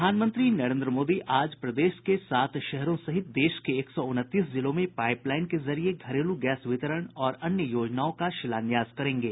प्रधानमंत्री नरेन्द्र मोदी आज प्रदेश के सात शहरों सहित देश के एक सौ उनतीस जिलों में पाईप लाईन के जरिए घरेलू गैस वितरण और अन्य योजनाओं का शिलान्यास करेंगे